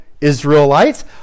Israelites